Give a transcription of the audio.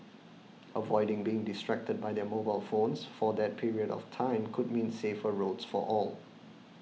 avoiding being distracted by their mobile phones for that period of time could mean safer roads for all